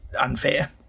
unfair